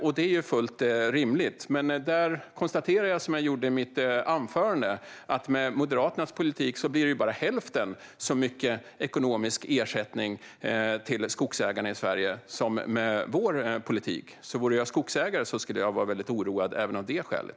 Detta är fullt rimligt, men precis som jag gjorde i mitt anförande konstaterar jag att med Moderaternas politik blir det bara hälften så mycket ekonomisk ersättning till skogsägarna i Sverige som med vår politik. Om jag vore skogsägare skulle jag vara väldigt oroad även av det skälet.